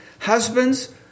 husbands